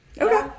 Okay